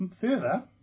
further